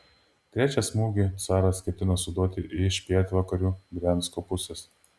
trečią smūgį caras ketino suduoti iš pietvakarių briansko pusės